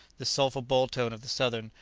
the sulpher-boltone of the southern,